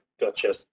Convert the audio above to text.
gotcha